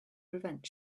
prevent